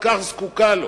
כל כך זקוקה לו?